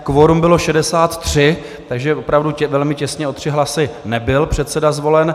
Kvorum bylo 63, takže opravdu velmi těsně o tři hlasy nebyl předseda zvolen.